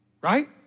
right